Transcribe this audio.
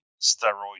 steroid